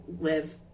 live